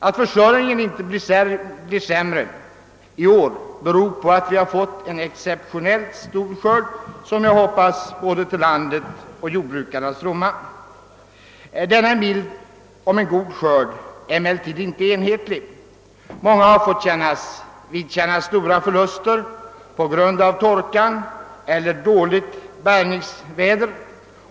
Att försörjningen inte blir sämre i år beror på att vi har fått en exceptionellt stor skörd, som jag hoppas till både landets och jordbrukarnas fromma. Denna bild av en god skörd är emellertid inte enhetlig. Många har fått vidkännas stora förluster på grund av torka eller dåligt bärgningsväder.